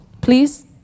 please